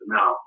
Now